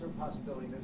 possibility.